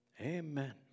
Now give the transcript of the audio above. Amen